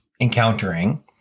encountering